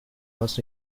was